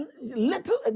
little